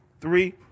three